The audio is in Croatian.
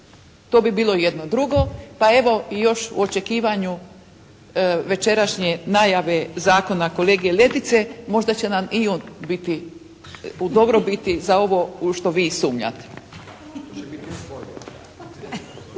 To bi bilo jedno. Drugo, pa evo i još u očekivanju večerašnje najave zakona kolege Letice možda će nam i on biti u dobrobiti za ovo u što vi sumnjate.